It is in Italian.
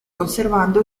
conservando